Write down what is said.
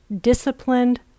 disciplined